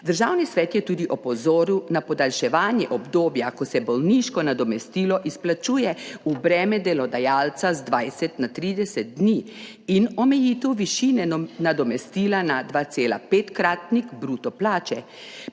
Državni svet je tudi opozoril na podaljševanje obdobja, ko se bolniško nadomestilo izplačuje v breme delodajalca z 20 na 30 dni in omejitev višine nadomestila na 2,5-kratnik bruto plače,